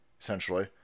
essentially